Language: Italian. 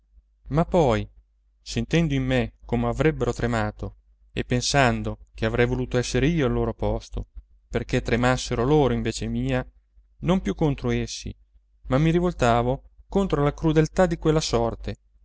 ma poi sentendo in me come avrebbero tremato e pensando che avrei voluto esser io al loro posto perché tremassero loro in vece mia non più contro essi ma mi rivoltavo contro la crudeltà di quella sorte